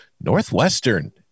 Northwestern